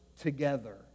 together